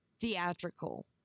theatrical